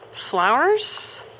flowers